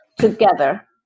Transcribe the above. together